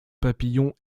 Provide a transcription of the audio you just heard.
papillon